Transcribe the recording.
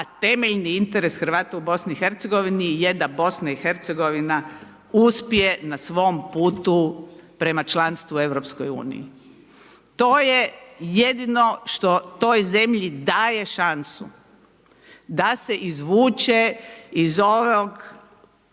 pa temeljni interes Hrvata u BiH je da BiH uspije na svom putu prema članstvu u Europskoj uniji. To je jedino što toj zemlji daje šansu da se izvuče iz ovog,